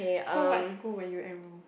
so what school will you enroll